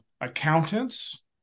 accountants